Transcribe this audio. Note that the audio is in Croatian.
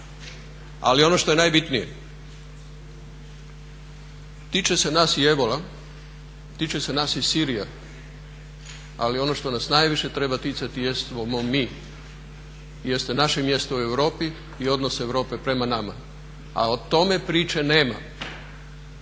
Ali ono što je najbitnije, tiče se nas i ebola, tiče se nas i Sirija, ali ono što nas najviše treba ticati jesmo mi, jeste naše mjesto u Europi i odnos Europe prema nama, a o tome priče nema,